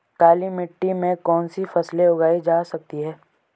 काली मिट्टी में कौनसी फसलें उगाई जा सकती हैं?